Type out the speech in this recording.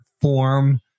form